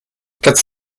quatre